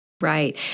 Right